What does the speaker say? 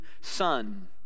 son